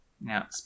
Now